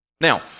Now